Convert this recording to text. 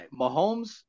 Mahomes